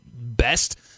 best